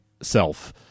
self